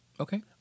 Okay